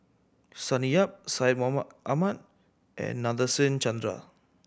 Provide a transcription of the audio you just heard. Sonny Yap Syed Mohamed Ahmed and Nadasen Chandra